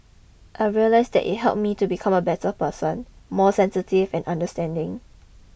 I realised that it helped me to become a better person more sensitive and understanding